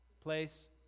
Place